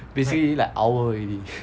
basically like owl already